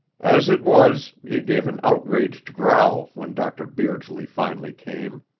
as it was, he gave an outraged growl when dr. beardsley finally came.